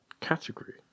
category